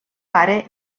pare